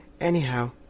Anyhow